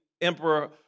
Emperor